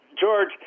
George